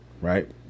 right